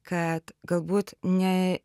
kad galbūt ne